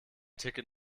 ticket